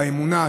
באמונה,